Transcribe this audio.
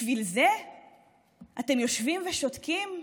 בשביל זה אתם יושבים ושותקים?